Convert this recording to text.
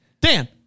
Dan